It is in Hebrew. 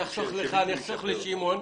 אני אחסוך לך ואחסוך לשמעון.